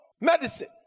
medicine